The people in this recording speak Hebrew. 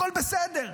הכול בסדר.